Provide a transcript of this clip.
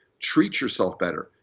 treat yourself better.